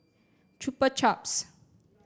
Chupa Chups